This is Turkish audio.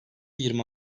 yirmi